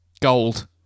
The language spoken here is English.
Gold